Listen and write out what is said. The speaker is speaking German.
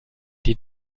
die